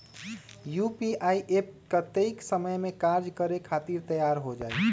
UPI app कतेइक समय मे कार्य करे खातीर तैयार हो जाई?